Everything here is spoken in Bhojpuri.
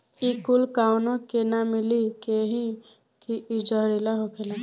इ कूल काउनो के ना मिले कहे की इ जहरीला होखेला